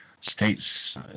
States